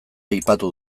aipatu